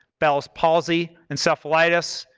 bell's palsy, encephalitis,